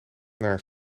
naar